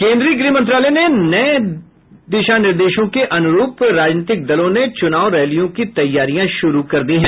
केंद्रीय गृह मंत्रालय के नये दिशा निर्देशों के अनुरूप राजनीतिक दलों ने चुनाव रैलियों की तैयारियां शुरू कर दी है